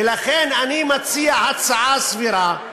ולכן אני מציע הצעה סבירה,